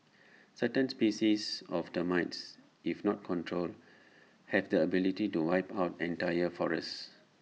certain species of termites if not controlled have the ability to wipe out entire forests